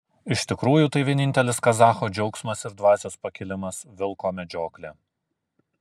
iš tikrųjų tai vienintelis kazacho džiaugsmas ir dvasios pakilimas vilko medžioklė